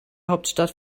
hauptstadt